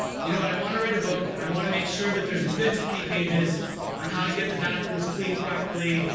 you know and i want to write a book, and i want to make sure that there's a good twenty pages on how to get the bathrooms cleaned properly,